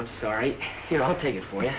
i'm sorry you know i'll take it for you